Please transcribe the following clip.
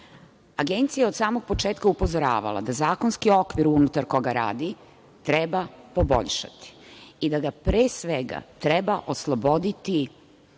Agencija je od samog početka upozoravala da zakonski okvir unutar koga radi treba poboljšati i da ga pre svega treba osloboditi